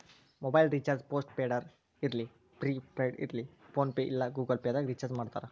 mobile recharge post ಪೇಡರ ಇರ್ಲಿ prepaid ಇರ್ಲಿ ಫೋನ್ಪೇ ಇಲ್ಲಾ ಗೂಗಲ್ ಪೇದಾಗ್ ರಿಚಾರ್ಜ್ಮಾಡ್ತಾರ